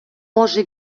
може